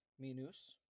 Minus